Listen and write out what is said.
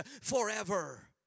forever